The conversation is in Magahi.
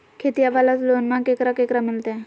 खेतिया वाला लोनमा केकरा केकरा मिलते?